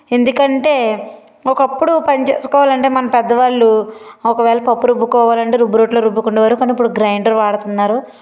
ఎందుకంటే ఒకప్పుడు పని చేసుకోవాలంటే మన పెద్దవాళ్ళు ఒకవేళ పప్పు రుబ్బుకోవాలంటే రుబ్బురోట్లో రుబ్బుకుండేవోరు కానీ ఇప్పుడు గ్రైండర్ వాడుతన్నారు